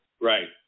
right